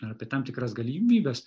ar apie tam tikras galimybes